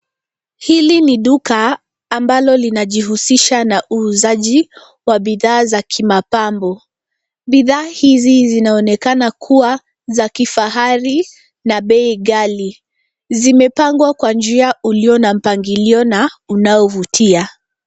Hili ni duka ambalo linajihusisha na uuzaji wa bidhaa za kimapambo. Bidhaa hizi zinaonekana kuwa za kifahari na bei ghali. Zimepangwa kwa njia ulio na mpangilio na unaovutia.